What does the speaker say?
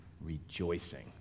rejoicing